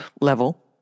level